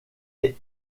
est